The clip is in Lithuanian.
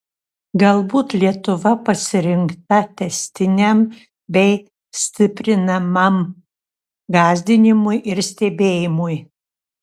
galbūt lietuva pasirinkta tęstiniam bei stiprinamam gąsdinimui ir stebėjimui